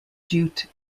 jute